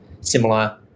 similar